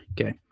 okay